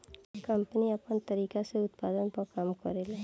company आपन तरीका से उत्पाद पर काम करेले